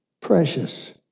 precious